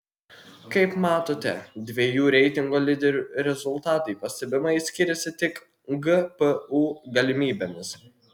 kaip matote dviejų reitingo lyderių rezultatai pastebimai skiriasi tik gpu galimybėmis